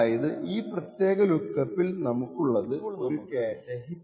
അതായതു ഈ പ്രത്യേക ലുക്ക് ആപ്പിൾ നമുക്കുള്ളത് ഒരു ക്യാഷെ ഹിറ്റ് അല്ലെങ്കിൽ ക്യാഷെ മിസ്സ് ആണ്